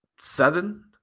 Seven